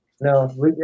no